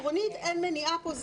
עקרונית אין מניעה פה.